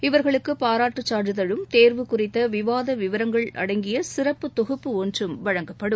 இவர்களுக்கு பாராட்டுச் சான்றிதழும் தேர்வு குறித்த விவாத விவரங்கள் அடங்கிய சிறப்பு தொகுப்பு ஒன்றும் வழங்கப்படும்